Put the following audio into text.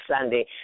Sunday